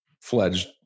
fledged